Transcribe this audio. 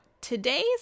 today's